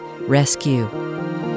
Rescue